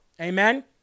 Amen